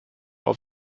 auf